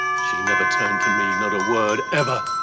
she never turned to me. not a word, ever.